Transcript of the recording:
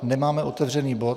Nemáme otevřený bod.